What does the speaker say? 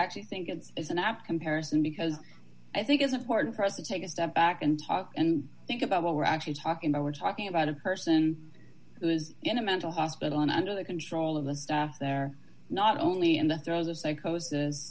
actually think it's an apt comparison because i think it's important for us to take a step back and talk and think about what we're actually talking about we're talking about a person who was in a mental hospital and under the control of the staff there not only in the throes of psychos